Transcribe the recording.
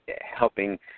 helping